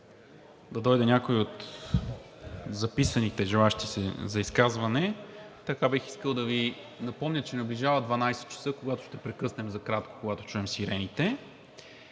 да дойде някой от записаните желаещи за изказване, бих искал да Ви напомня, че наближава 12,00 ч., когато ще прекъснем за кратко, когато чуем сирените.